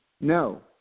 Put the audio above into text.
No